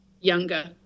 younger